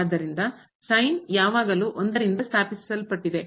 ಆದ್ದರಿಂದ ಯಾವಾಗಲೂ ಒಂದರಿಂದ ಸ್ಥಾಪಿಸಲ್ಪಟ್ಟಿದೆ